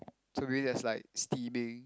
so really is like steaming